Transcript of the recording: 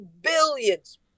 billions